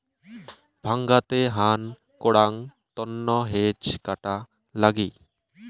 ডাঙাতে হান করাং তন্ন হেজ কাটা লাগি